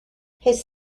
his